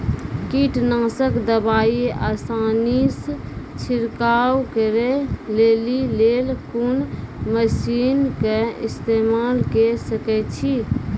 कीटनासक दवाई आसानीसॅ छिड़काव करै लेली लेल कून मसीनऽक इस्तेमाल के सकै छी?